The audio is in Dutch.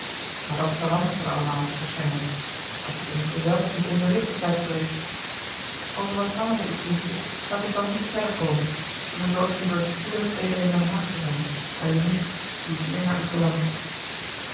maar dat verandert nu allemaal waarschijnlijk als je ten minste zelf niet onvoorzichtig zijt geweest als er wat hangende is lientje laat het dan niet verder komen maar zorg liever spoedig weder in den haag te zijn bij uwe nicht die zeer naar u verlangt